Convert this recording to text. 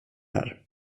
här